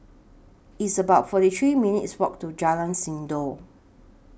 It's about forty three minutes' Walk to Jalan Sindor